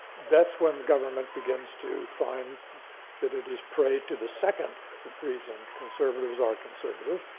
that's when the government begins to find that it is prey to the second reason conservatives are conservative,